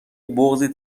بغضی